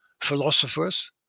philosophers